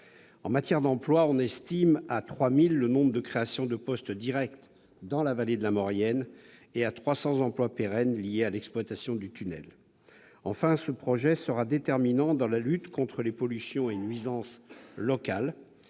En matière d'emplois, on estime à 3 000 le nombre de créations directes de postes dans la vallée de la Maurienne, et à 300 les emplois pérennes liés à l'exploitation du tunnel. Enfin, ce projet sera déterminant dans la lutte contre les pollutions et les nuisances locales.